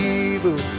evil